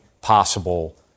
possible